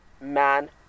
man